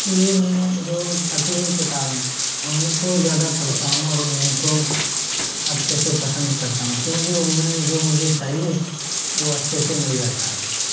इसलिए मैं जो छपी हुई किताब हैं उन्हीं को ज्यादा पढ़ता हूँ और उन्हीं को अच्छे से पसंद करता हूँ क्योंकि उनमें जो मुझे चाहिए वो अच्छे से मिल जाता है